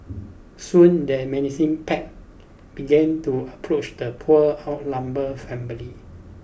soon the menacing pack began to approach the poor outnumbered family